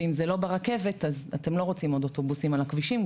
ואם זה לא ברכבת אז אתם לא רוצים עוד אוטובוסים על הכבישים,